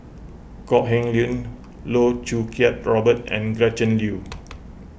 Kok Heng Leun Loh Choo Kiat Robert and Gretchen Liu